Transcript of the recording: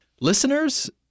Listeners